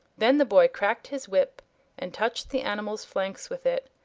then the boy cracked his whip and touched the animal's flanks with it,